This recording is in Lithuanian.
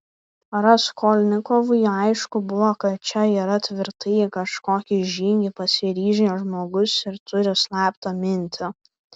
raskolnikovui aišku buvo kad čia yra tvirtai į kažkokį žygį pasiryžęs žmogus ir turi slaptą mintį